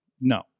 No